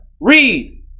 Read